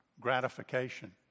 gratification